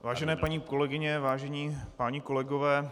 Vážené paní kolegyně, vážení páni kolegové.